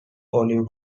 olive